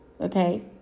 Okay